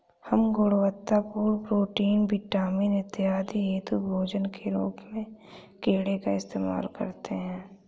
हम गुणवत्तापूर्ण protein, vitamin इत्यादि हेतु भोजन के रूप में कीड़े का इस्तेमाल करते हैं